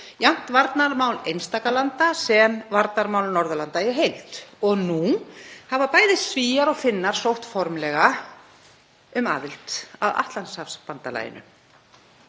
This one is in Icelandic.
jafnt varnarmál einstakra landa sem varnarmál Norðurlanda í heild. Nú hafa bæði Svíar og Finnar sótt formlega um aðild að Atlantshafsbandalaginu.